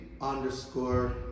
underscore